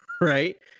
right